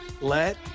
let